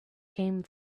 came